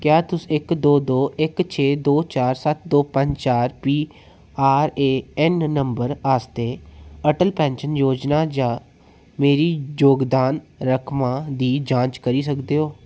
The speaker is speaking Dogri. क्या तुस इक दो दो इक छे दो चार सत्त दो पंज चार P R A N number आस्तै अटल पैन्शन योजना च मेरी जोगदान रकमा दी जांच करी सकदे ओ